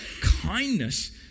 kindness